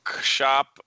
shop